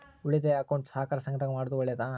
ಉಳಿತಾಯ ಅಕೌಂಟ್ ಸಹಕಾರ ಸಂಘದಾಗ ಮಾಡೋದು ಒಳ್ಳೇದಾ?